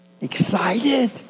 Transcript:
excited